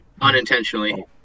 unintentionally